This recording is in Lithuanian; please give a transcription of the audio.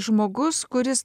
žmogus kuris